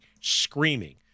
screaming